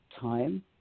time